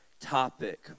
topic